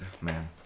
man